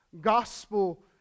gospel